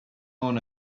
own